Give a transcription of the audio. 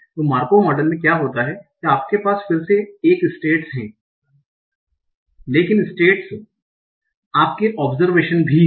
तो Markov model में क्या होता है आपके पास फिर से एक स्टेटस है लेकिन स्टेटस आपके ओबजरवेशनस भी हैं